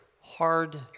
hard